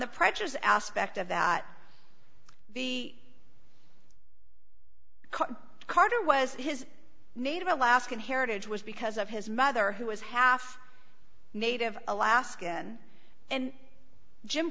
the pressures aspect of that the carter was his native alaskan heritage was because of his mother who was half native alaskan and jim